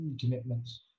commitments